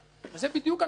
זו בדיוק הנקודה.